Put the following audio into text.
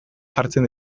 jartzen